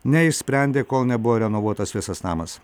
neišsprendė kol nebuvo renovuotas visas namas